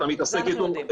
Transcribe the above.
אתה מתעסק איתו,